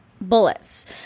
bullets